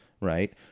right